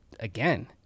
Again